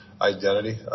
identity